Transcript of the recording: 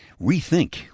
rethink